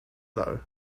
though